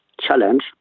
challenge